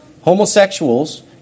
homosexuals